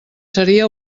seria